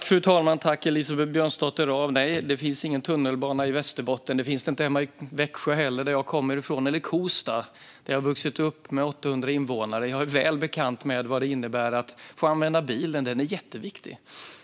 Fru talman! Tack Elisabeth Björnsdotter Rahm! Nej, det finns ingen tunnelbana i Västerbotten. Det finns det inte hemma i Växjö heller, som jag kommer från, eller i Kosta med 800 invånare, där jag har vuxit upp. Jag är väl bekant med vad det innebär att få använda bilen. Den är jätteviktig.